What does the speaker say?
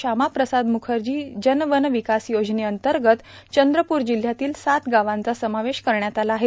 शामाप्रसाद मुखर्जा जन वन र्विकास योजनेअंतगत चंद्रपूर जिल्हयातील सात गावांचा समावेश करण्यात आला आहे